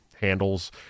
handles